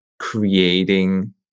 creating